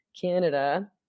Canada